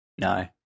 No